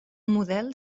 model